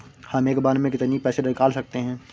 हम एक बार में कितनी पैसे निकाल सकते हैं?